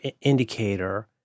indicator